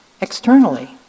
externally